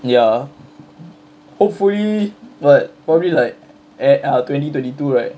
ya hopefully but probably like eh err twenty twenty two right